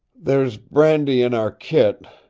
there's brandy in our kit.